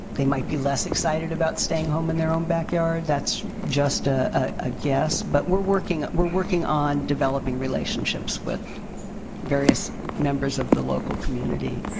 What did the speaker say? they might be less excited about staying home in their own backyard. that's just a ah guess. but we're working we're working on developing relationships with various members of the local community.